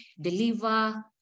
deliver